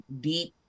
deep